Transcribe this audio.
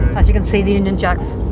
as you can see, the union jacks.